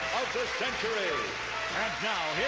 the century. and now, here's